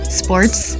sports